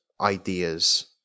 ideas